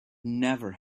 never